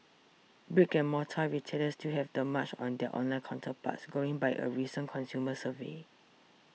brick and mortar retailers still have the march on their online counterparts going by a recent consumer survey